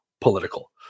political